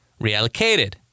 reallocated